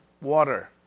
water